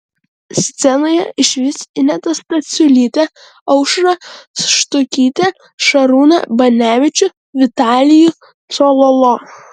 scenoje išvys inetą stasiulytę aušrą štukytę šarūną banevičių vitalijų cololo